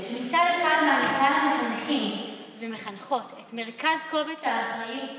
שמצד אחד מעניקה למחנכים ולמחנכות את מרכז כובד האחריות והחשיבות,